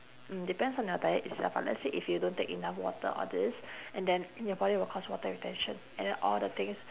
mm depends on your diet itself ah let's say if you don't take enough water all this and then your body will cause water retention and then all the things